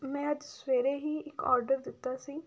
ਮੈਂ ਅੱਜ ਸਵੇਰੇ ਹੀ ਇੱਕ ਔਡਰ ਦਿੱਤਾ ਸੀ